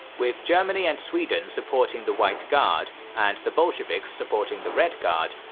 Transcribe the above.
with germany and sweden supporting the white guard and the bolsheviks supporting the red guard,